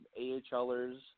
AHLers